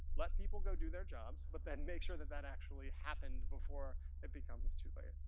let people go do their jobs, but then make sure that that actually happened before it becomes too late.